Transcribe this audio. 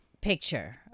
picture